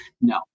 no